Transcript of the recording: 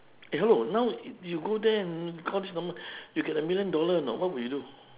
eh hello now you go there and call this number you get a million dollar know what would you do